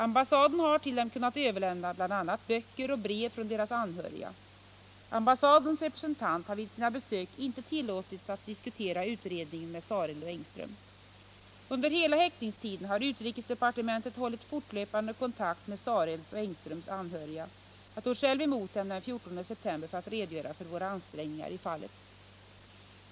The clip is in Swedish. Ambassaden har till dem kunnat överlämna bl.a. böcker och brev från deras anhöriga. Ambassadens representant har vid sina besök inte tillåtits att diskutera utredningen med Sareld och Engström. Under hela häktningstiden har utrikesdepartementet hållit fortlöpande kontakt med Sarelds och Engströms anhöriga. Jag tog själv emot dem den 14 september för att redogöra för våra ansträngningar i fallet.